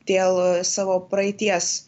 dėl savo praeities